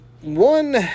one